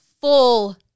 full